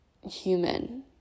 human